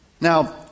Now